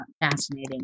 fascinating